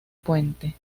puente